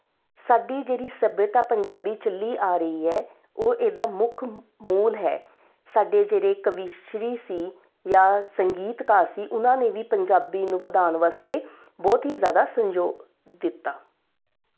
ਸਾਡੀ ਜਿਹੜੀ ਸੱਭਿਅਤਾ ਪੰਜਾਬੀ ਚੱਲੀ ਆ ਰਹੀ ਹੈ ਉਹ ਇਹਦਾ ਮੁੱਖ ਮੂਲ ਹੈ ਸਾਡੇ ਜਿਹੜੇ ਕਵਿਸ਼ਰੀ ਸੀ ਜਾਂ ਸੰਗੀਤਕਾਰ ਸੀ ਉਨ੍ਹਾਂ ਨੇ ਵੀ ਪੰਜਾਬੀ ਨੂੰ ਵਧਾਉਣ ਵਾਸਤੇ ਬਹੁਤ ਹੀ ਜ਼ਿਆਦਾ ਸੰਜੋ ਦਿੱਤਾ